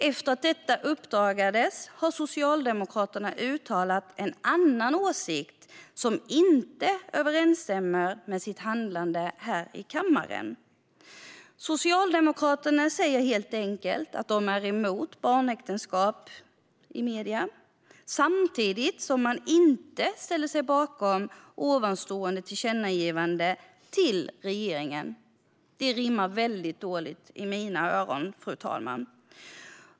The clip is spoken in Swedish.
Efter att detta uppdagades har Socialdemokraterna uttalat en annan åsikt, som inte överensstämmer med partiets handlande här i kammaren. Socialdemokraterna säger i medierna att man är emot barnäktenskap, samtidigt som man inte ställer sig bakom tidigare nämnda tillkännagivande till regeringen. Det rimmar väldigt dåligt i mina öron, fru talman.